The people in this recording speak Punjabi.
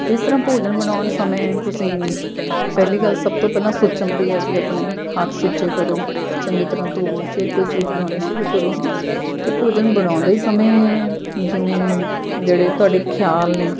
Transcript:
ਜਿਸ ਤਰ੍ਹਾਂ ਭੋਜਨ ਬਣਾਉਣ ਸਮੇਂ ਤੁਸੀਂ ਪਹਿਲੀ ਗੱਲ ਸਭ ਤੋਂ ਪਹਿਲਾਂ ਸੁੱਚਮ ਦੀ ਹੈ ਜੀ ਆਪਣੇ ਹੱਥ ਸੁੱਚੇ ਕਰੋ ਚੰਗੀ ਤਰ੍ਹਾਂ ਧੋਵੋ ਫਿਰ ਕੋਈ ਚੀਜ਼ ਬਣਾਉਣੀ ਸ਼ੁਰੂ ਕਰੋ ਹੈ ਨਾ ਅਤੇ ਭੋਜਨ ਬਣਾਉਂਦੇ ਸਮੇਂ ਜਿਵੇਂ ਜਿਹੜੇ ਤੁਹਾਡੇ ਖਿਆਲ ਨੇ